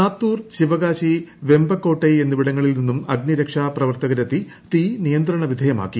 സാത്തൂർ ശിവകാശി വെമ്പകോട്ടൈ എന്നിവിടങ്ങളിൽ നിന്ന് അഗ്നിരക്ഷാപ്രവർത്തകരെത്തി തീ നിയന്ത്രണ വിധേയമാക്കി